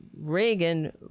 Reagan